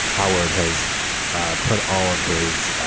howard has put all of his